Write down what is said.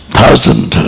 thousand